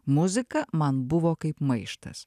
muzika man buvo kaip maištas